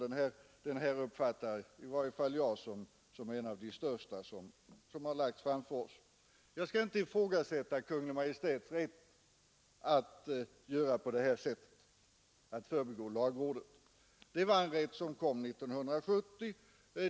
Den proposition det nu gäller uppfattar jag som en av de största som lagts fram för oss. Jag skall inte ifrågasätta Kungl. Maj:ts rätt att förbigå lagrådet. Den rätten kom till 1970.